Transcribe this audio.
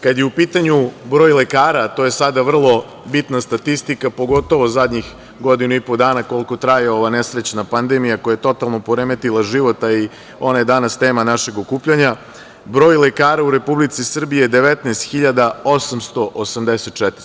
Kada je u pitanju broj lekara, to je sada vrlo bitna statistika, pogotovo zadnjih godinu i po dana koliko traje ova nesrećna pandemija koja je totalno poremetila život, a i ona je danas tema našeg okupljanja, broj lekara u Republici Srbiji je 19.884.